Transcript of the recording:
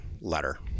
letter